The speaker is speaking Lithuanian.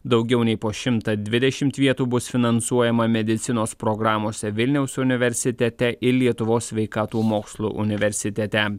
daugiau nei po šimtą dvidešimt vietų bus finansuojama medicinos programose vilniaus universitete ir lietuvos sveikatų mokslų universitete